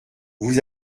vous